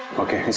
okay?